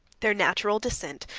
their natural descent,